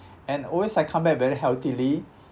and always I come back better healthily